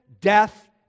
death